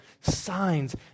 signs